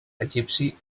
egipci